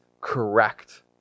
correct